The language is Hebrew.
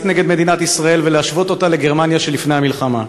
נגד מדינת ישראל ולהשוות אותה לגרמניה שלפני המלחמה.